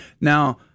Now